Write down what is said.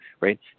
right